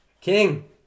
King